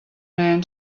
man